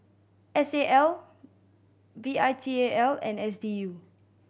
S A L V I T A L and S D U